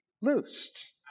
loosed